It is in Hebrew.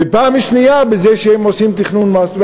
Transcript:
ופעם שנייה בזה שהם עושים תכנון מס,